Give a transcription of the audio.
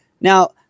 Now